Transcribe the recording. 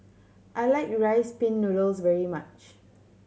I like Rice Pin Noodles very much